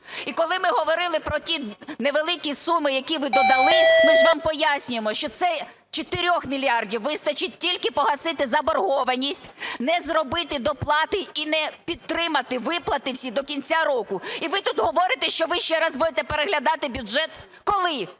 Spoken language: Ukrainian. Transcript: І коли ми говорили про ті невеликі суми, які ви додали, ми ж вам пояснюємо, що це 4 мільярдів вистачить тільки погасити заборгованість, не зробити доплати і не підтримати виплати всі до кінця року. І ви тут говорите, що ви ще раз будете переглядати бюджет? Коли?